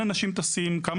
מן הסתם טליבן ואל קאעידה,